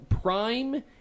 Prime